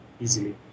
easily